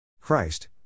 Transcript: Christ